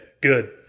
Good